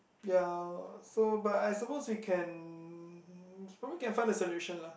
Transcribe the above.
ya so but I suppose we can probably can a solution lah